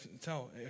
tell